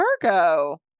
Virgo